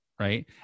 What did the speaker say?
Right